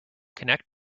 connect